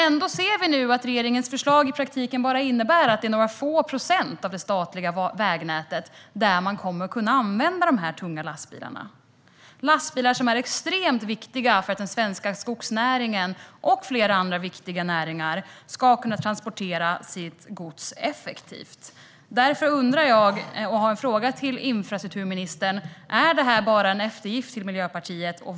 Ändå ser vi nu att regeringens förslag i praktiken innebär att det bara är på några få procent av det statliga vägnätet som man kommer att kunna använda de tunga lastbilarna - lastbilar som är extremt viktiga för att den svenska skogsnäringen och flera andra viktiga näringar ska kunna transportera sitt gods effektivt. Därför frågar jag infrastrukturministern: Är detta bara en eftergift till Miljöpartiet?